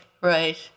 right